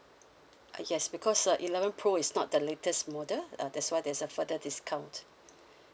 uh yes because uh eleven pro is not the latest model uh that's why there's a further discount